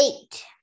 Eight